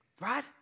Right